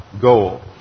goal